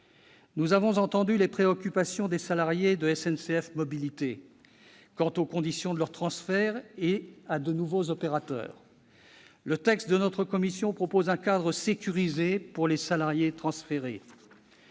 Nous avons entendu les préoccupations des salariés de SNCF Mobilités quant aux conditions de leur transfert à de nouveaux opérateurs. Le texte de notre commission propose un cadre sécurisé pour les salariés transférés.